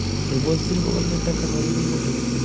রুপশ্রী প্রকল্পের টাকা কতদিন পর ঢুকবে?